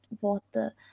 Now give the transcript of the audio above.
water